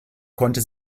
konnte